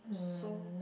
so